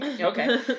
Okay